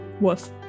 woof